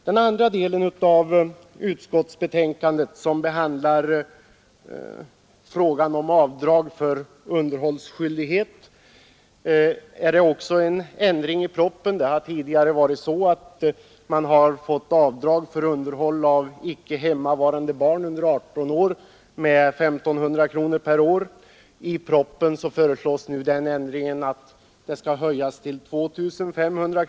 Den andra delen av propositionen och utskottsbetänkandet behandlar som sagt frågan om avdrag för underhållsskyldighet. Tidigare har man fått göra avdrag för underhåll av icke hemmavarande barn under 18 år med 1500 per år. I propositionen föreslås beloppet höjt till 2 500.